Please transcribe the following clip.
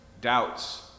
Doubts